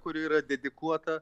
kuri yra dedikuota